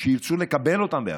שירצו לקבל אותם.